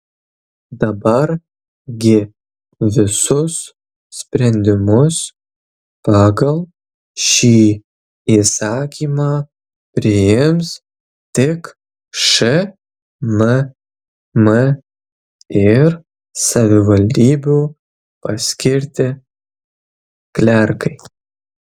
dabar gi visus sprendimus pagal šį įsakymą priims tik šmm ir savivaldybių paskirti klerkai